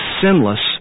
sinless